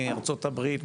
מארצות הברית,